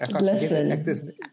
Listen